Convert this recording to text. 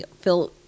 feel